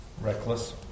Reckless